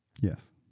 Yes